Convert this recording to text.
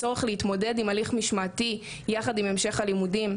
צורך להתמודד עם הליך משמעתי יחד עם המשך הלימודים,